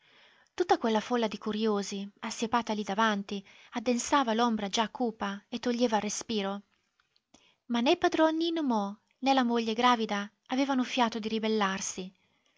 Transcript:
tutta quella folla di curiosi assiepata lì davanti addensava l'ombra già cupa e toglieva il respiro ma né padron nino mo né la moglie gravida avevano fiato di ribellarsi